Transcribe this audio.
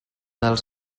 dels